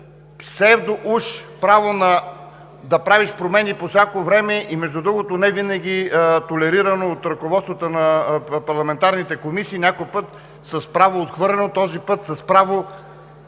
псевдо уж право да правиш промени по всяко време и между другото не винаги толерирано от ръководствата на парламентарните комисии, някой път с право отхвърлено, този път с не